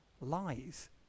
lies